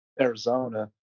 Arizona